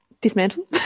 Dismantle